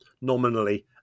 nominally